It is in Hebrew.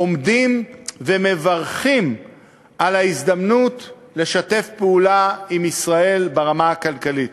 עומדים ומברכים על ההזדמנות לשתף פעולה עם ישראל ברמה הכלכלית.